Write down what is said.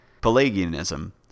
Pelagianism